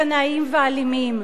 קנאיים ואלימים.